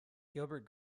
gilbert